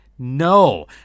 No